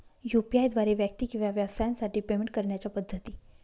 UPI द्वारे व्यक्ती किंवा व्यवसायांसाठी पेमेंट करण्याच्या पद्धती